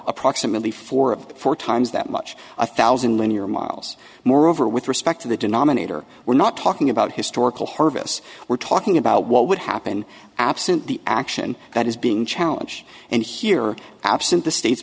approximately four four times that much a thousand linear miles moreover with respect to the denominator we're not talking about historical harvests we're talking about what would happen absent the action that is being challenge and here absent the state